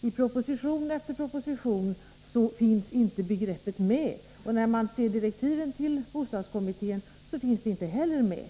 Jag konstaterar, när jag studerar proposition efter proposition, att begreppet inte finns med, och i direktiven till bostadskommittén finns det inte heller med.